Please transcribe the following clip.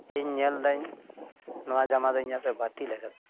ᱤᱧ ᱧᱮᱞ ᱫᱟᱹᱧ ᱱᱚᱣᱟ ᱡᱟᱢᱟᱫᱚ ᱤᱧᱟᱹᱜ ᱯᱮ ᱵᱟᱹᱛᱤᱞ ᱠᱟᱫᱟ